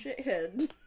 shithead